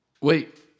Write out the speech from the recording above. Wait